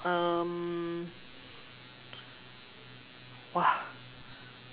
um !wah!